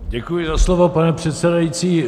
Děkuji za slovo, pane předsedající.